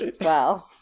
wow